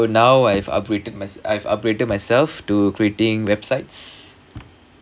so now I have upgraded mys~ I've upgraded myself to creating websites